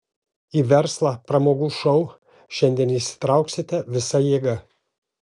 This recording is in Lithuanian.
į verslą pramogų šou šiandien įsitrauksite visa jėga